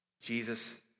Jesus